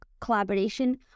collaboration